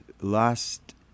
last